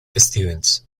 stevens